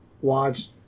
watch